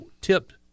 tipped